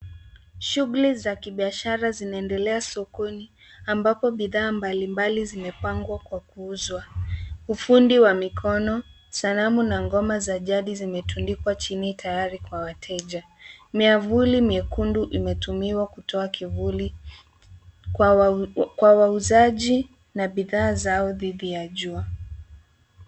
Shughuli za kibiashara zinaendelea sokoni ambapo bidhaa mbalimbali zimepangwa kwa kuuzwa. Ufundi wa mikono, sanamu na ngoma za jadi zimetundikwa chini tayari kwa wateja. Miavuli miekundu imetumiwa kutoa kivuli kwa wauzaji na bidhaa zao dhidi ya jua.